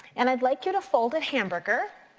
and i'd like you to fold a hamburger,